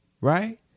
right